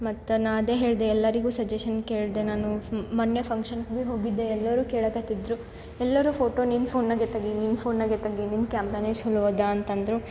ಮತ್ತು ನಾ ಅದೇ ಹೇಳಿದೆ ಎಲ್ಲರಿಗು ಸಜೆಶನ್ ಕೇಳಿದೆ ನಾನು ಮೊನ್ನೆ ಫಂಕ್ಷನ್ ಬಿ ಹೋಗಿದ್ದೆ ಎಲ್ಲರು ಕೇಳೊಕತ್ತಿದ್ರು ಎಲ್ಲರು ಫೋಟೋ ನಿಮ್ಮ ಫೋನಾಗೆ ತಗಿ ನಿನ್ನ ಫೋನಾಗೆ ತಗಿ ನೀನ್ನ ಕ್ಯಾಮೆರನೇ ಚಲೋ ಅದ ಅಂತಂದರು